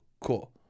Cool